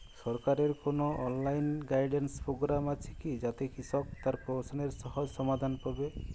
সরকারের কোনো online guidance programme আছে কি যাতে কৃষক তার প্রশ্নের সহজ সমাধান পাবে?